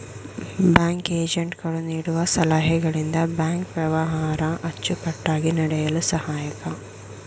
bank agent ಗಳು ನೀಡುವ ಸಲಹೆಗಳಿಂದ ಬ್ಯಾಂಕ್ ವ್ಯವಹಾರ ಅಚ್ಚುಕಟ್ಟಾಗಿ ನಡೆಯಲು ಸಹಾಯಕ